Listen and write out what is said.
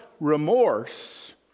remorse